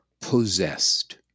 possessed